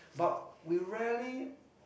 but we rarely